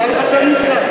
שאני שר,